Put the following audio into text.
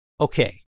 Okay